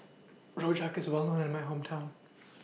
Rojak IS Well known in My Hometown